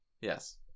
Yes